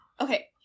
Okay